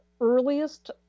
earliest